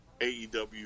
AEW